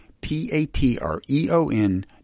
p-a-t-r-e-o-n